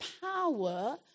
power